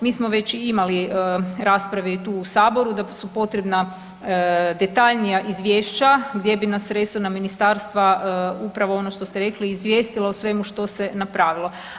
Mi smo već i imali rasprave i tu su Saboru da su potrebna detaljnija izvješća gdje bi nas resorna ministarstva upravo ono što ste rekli izvijestilo o svemu što se napravilo.